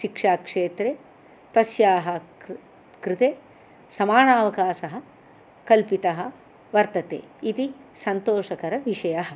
शिक्षाक्षेत्रे तस्याः कृ कृते समानावकाशः कल्पितः वर्तते इति सन्तोषकरविषयः